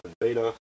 beta